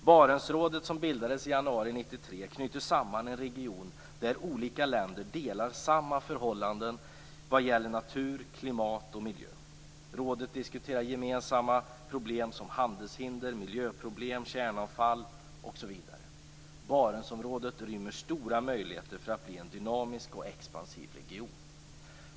Barentsrådet, som bildades i januari 1993, knyter samman en region där olika länder delar samma förhållanden vad gäller natur, klimat och miljö. Rådet diskuterar gemensamma problem som handelshinder, miljöproblem, kärnavfall, osv. Barentsområdet rymmer stora möjligheter att bli en dynamisk och expansiv region.